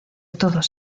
todos